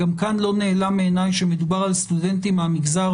גם כאן לא נעלם מעיניי שמדובר על סטודנטים מהמגזר